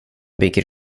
bygger